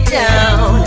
down